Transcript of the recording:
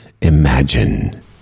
Imagine